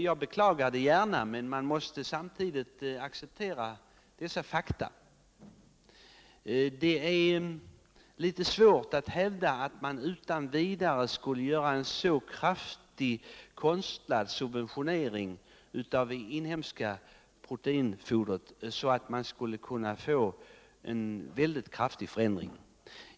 Jag beklagar gärna detta, men vi måste samtidigt acceptera dessa fakta. Och det är litet svårt att hävda att vi utan vidare skulle vidta en så kraftig konstlad subventionering av det inhemska proteinfodret att det skulle ske en kraftig förändring här.